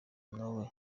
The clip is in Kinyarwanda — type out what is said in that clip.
nawe